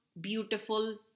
beautiful